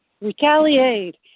retaliate